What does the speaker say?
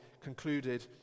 concluded